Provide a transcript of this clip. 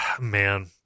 Man